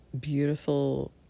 beautiful